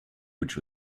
which